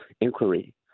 inquiry